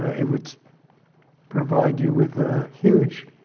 it would provide you with a huge,